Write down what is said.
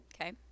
Okay